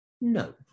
No